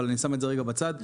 אבל אני שם את זה בצד רגע.